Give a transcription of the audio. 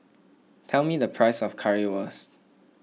tell me the price of Currywurst